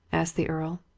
asked the earl.